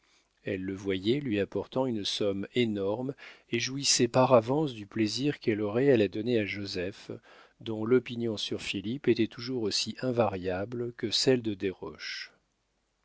elle le voyait lui apportant une somme énorme et jouissait par avance du plaisir qu'elle aurait à la donner à joseph dont l'opinion sur philippe était toujours aussi invariable que celle de desroches